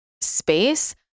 space